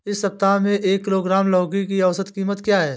इस सप्ताह में एक किलोग्राम लौकी की औसत कीमत क्या है?